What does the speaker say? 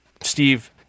steve